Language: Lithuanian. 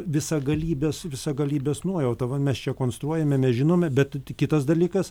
visagalybės visagalybės nuojauta va mes čia konstruojame mes žinome bet tik kitas dalykas